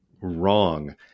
wrong